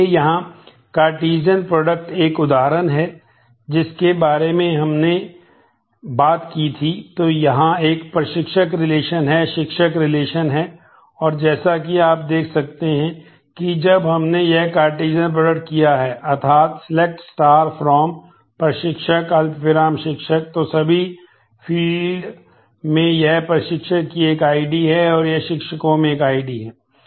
इसलिए यहां Cartesian product है